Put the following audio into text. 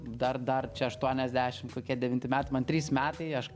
dar dar čia aštuoniasdešim devinti metai man trys metai aš